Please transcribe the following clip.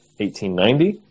1890